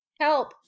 Help